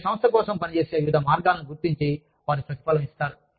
మీరుసంస్థ కోసం పనిచేసే వివిధ మార్గాలను గుర్తించి వారు ప్రతిఫలం ఇస్తారు